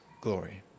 glory